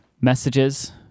Messages